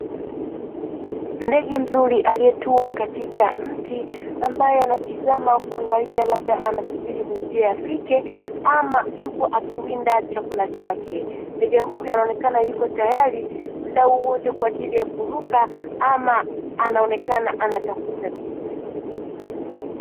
Ndege mzuri aliyetua katika mti ambaye anatizama kuangalia labda anasubiri mwenzie afike, ama yuko akiwinda chakula chake. Ndege huyo anaonekana yuko tayari muda huu wote kwa ajili ya kuruka ama anaonekana anatafuta kitu.